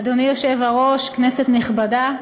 אדוני היושב-ראש, כנסת נכבדה,